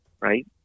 right